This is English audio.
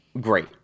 great